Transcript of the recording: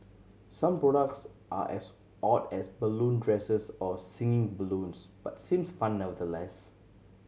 some products are as odd as balloon dresses or singing balloons but seems fun nevertheless